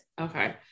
Okay